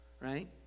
Right